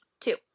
Two